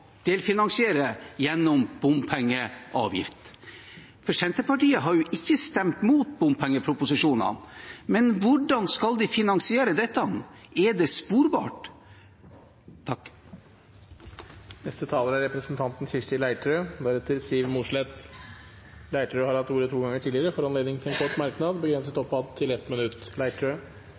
delfinansiere gjennom bompengeavgift? Senterpartiet har jo ikke stemt imot bompengeproposisjonene. Hvordan skal de finansiere dette? Er det sporbart? Representanten Kirsti Leirtrø har hatt ordet to ganger tidligere og får ordet til en kort merknad, begrenset til 1 minutt.